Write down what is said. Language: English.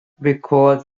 record